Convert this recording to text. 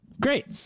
Great